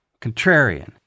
contrarian